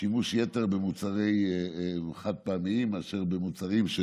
שימוש יתר במוצרים חד-פעמיים מאשר במוצרים?